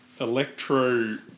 Electro